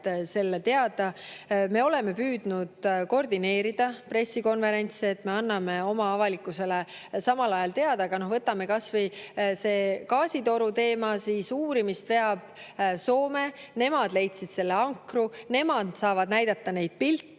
selle teada. Me oleme püüdnud koordineerida pressikonverentse, et me anname oma avalikkusele samal ajal teada. Aga võtame kas või selle gaasitoru teema, selle uurimist veab Soome: nemad leidsid selle ankru, nemad saavad näidata neid pilte.